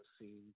seen